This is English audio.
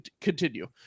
continue